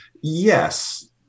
yes